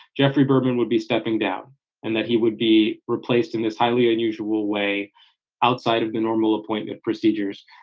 jeffrey berman would be stepping down and that he would be replaced in this highly unusual way outside of the normal appointment procedures.